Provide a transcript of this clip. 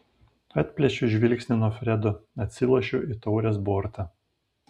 atplėšiu žvilgsnį nuo fredo atsilošiu į taurės bortą